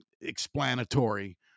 explanatory